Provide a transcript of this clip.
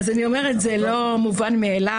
זה לא מובן מאליו.